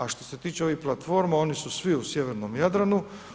A što se tiče ovih platforma oni su svi u sjevernom Jadranu.